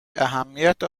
اهمیت